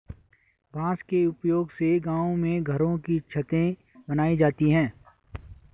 बांस के उपयोग से गांव में घरों की छतें बनाई जाती है